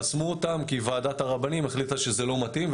חסמו אותם כי ועדת הרבנים החליטה שזה לא מתאים,